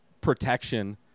protection